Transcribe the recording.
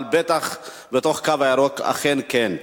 אבל בטח בתוך "הקו הירוק", אכן כן.